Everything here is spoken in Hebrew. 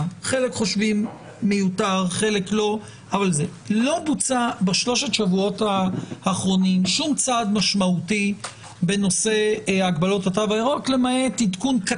אני רואה כאן את חברינו מן המשטרה ולא כדאי להעסיק אותם בנושאים שאין